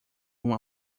uma